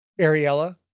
Ariella